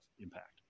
impact